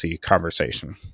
conversation